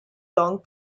long